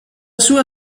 sua